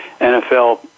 NFL